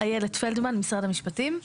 אילת פלדמן, משרד המשפטים.